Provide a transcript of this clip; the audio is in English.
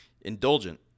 indulgent